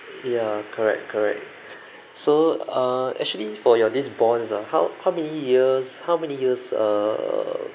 ya correct correct so uh actually for your these bonds ah how how many years how many years err